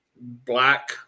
black